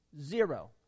Zero